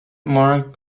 marked